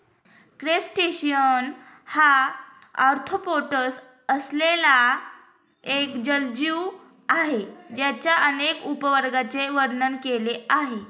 crustacean हा arthropods असलेला एक जलजीव आहे ज्याच्या अनेक उपवर्गांचे वर्णन केले आहे